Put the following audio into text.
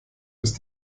ist